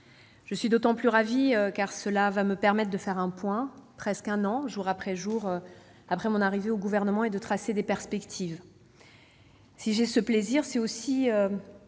Je suis d'autant plus ravie d'être là que cela va me permettre de faire le point, presque un an jour pour jour après mon arrivée au Gouvernement, et de tracer des perspectives. Si j'ai ce plaisir, c'est aussi